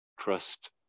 trust